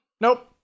Nope